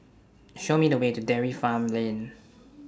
Show Me The Way to Dairy Farm Lane